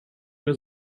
mehr